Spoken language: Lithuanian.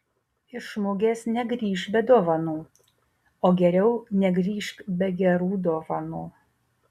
iš mugės negrįžk be dovanų o geriau negrįžk be gerų dovanų